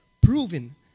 proven